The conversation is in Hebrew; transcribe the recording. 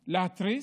להתריס,